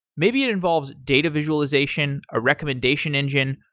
maybe it involves data visualization, a recommendation engine,